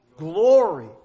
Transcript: Glory